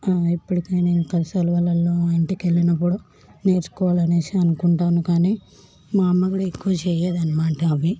ఎప్పటికైనా ఇంకా సెలవులల్లో ఇంటికెళ్ళినప్పుడు నేర్చుకోవాలి అనేసి అనుకుంటాను కానీ మా అమ్మ కూడా ఎక్కువ చెయ్యదనమాట అవి